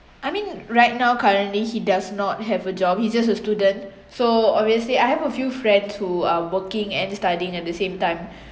I mean right now currently he does not have a job he's just a student so obviously I have a few friends who are working and studying at the same time